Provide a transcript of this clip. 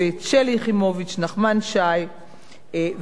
נחמן שי ויריב לוין,